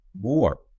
more